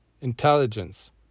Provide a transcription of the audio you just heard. intelligence